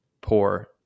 poor